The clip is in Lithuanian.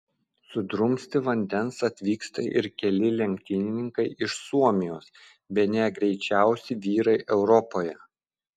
sudrumsti vandens atvyksta ir keli lenktynininkai iš suomijos bene greičiausi vyrai europoje